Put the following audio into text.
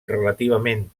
relativament